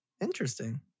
Interesting